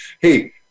hey